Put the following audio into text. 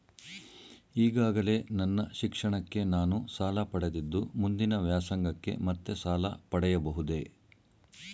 ಈಗಾಗಲೇ ನನ್ನ ಶಿಕ್ಷಣಕ್ಕೆ ನಾನು ಸಾಲ ಪಡೆದಿದ್ದು ಮುಂದಿನ ವ್ಯಾಸಂಗಕ್ಕೆ ಮತ್ತೆ ಸಾಲ ಪಡೆಯಬಹುದೇ?